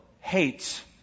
hates